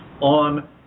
on